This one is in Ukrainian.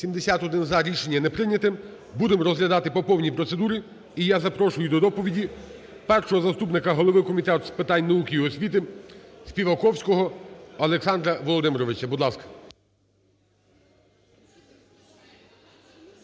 За-71 Рішення не прийнято. Будемо розглядати по повній процедурі. І я запрошую до доповіді першого заступника голови Комітету з питань науки і освітиСпіваковського Олександра Володимировича. Будь ласка.